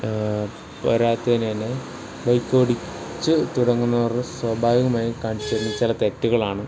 വരാത്തതിനുതന്നെ bike ഓടിച്ചു തുടങ്ങുന്നവരുടെ സ്വാഭാവികമായും കാണിച്ചു തരുന്ന ചില തെറ്റുകളാണ്